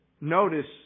notice